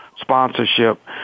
sponsorship